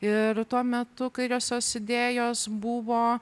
ir tuo metu kairiosios idėjos buvo